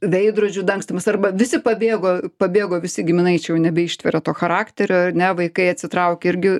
veidrodžių dangstymas arba visi pabėgo pabėgo visi giminaičiai jau nebeištveria to charakterio ar ne vaikai atsitraukė irgi